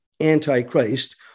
Antichrist